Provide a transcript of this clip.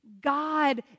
God